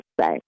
say